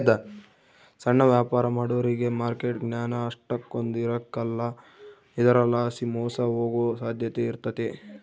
ಸಣ್ಣ ವ್ಯಾಪಾರ ಮಾಡೋರಿಗೆ ಮಾರ್ಕೆಟ್ ಜ್ಞಾನ ಅಷ್ಟಕೊಂದ್ ಇರಕಲ್ಲ ಇದರಲಾಸಿ ಮೋಸ ಹೋಗೋ ಸಾಧ್ಯತೆ ಇರ್ತತೆ